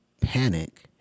panic